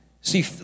See